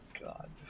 God